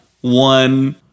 one